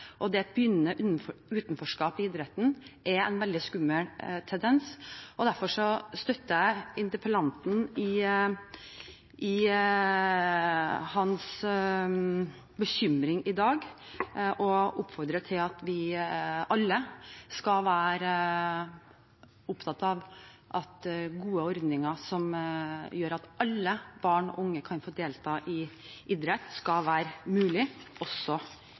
og et begynnende utenforskap i idretten er en veldig skummel tendens. Derfor støtter jeg interpellanten i hans bekymring i dag og oppfordrer til at vi alle skal være opptatt av gode ordninger som gjør det mulig for alle barn og unge å delta i idrett